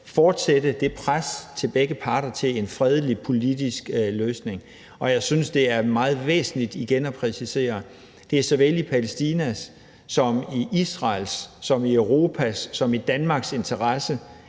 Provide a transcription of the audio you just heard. fortsætte det pres på begge parter til en fredelig politisk løsning, og jeg synes, det er meget væsentligt igen at præcisere, at det er i såvel Palæstinas som Israels som Europas og som Danmarks interesse,